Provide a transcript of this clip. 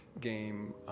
game